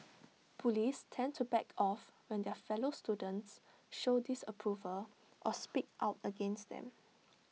bullies tend to back off when their fellow students show disapproval or speak out against them